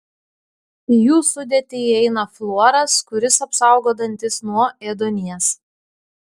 į jų sudėtį įeina fluoras kuris apsaugo dantis nuo ėduonies